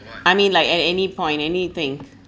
I mean like at any point anything